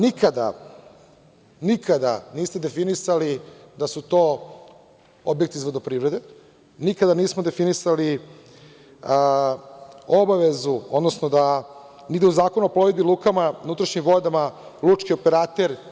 Nikada niste definisali da su to objekti iz vodoprivrede, nikada nismo definisali obavezu, odnosno da ide u Zakon o plovidbi lukama na unutrašnjim vodama lučki operater.